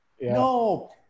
No